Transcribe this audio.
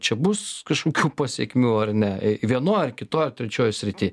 čia bus kažkokių pasekmių ar ne vienoj ar kitoj ar trečioj srity